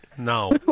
No